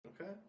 Okay